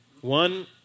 One